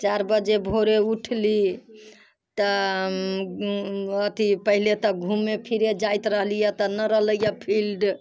चारि बजे भोरे उठली तऽ अथी पहिले तऽ घुमे फिरे जाइत रहली यऽ तऽ नहि रहलै यऽ फील्ड